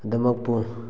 ꯑꯗꯨꯃꯛꯄꯨ